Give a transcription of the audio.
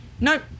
Nope